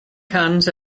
cans